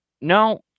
No